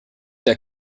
der